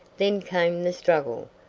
then came the struggle,